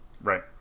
Right